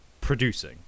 producing